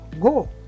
go